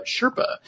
Sherpa